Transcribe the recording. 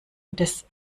des